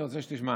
אני רוצה שתשמע,